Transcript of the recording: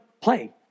play